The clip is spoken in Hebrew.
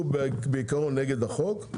הוא בעיקרון נגד החוק.